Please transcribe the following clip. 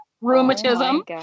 rheumatism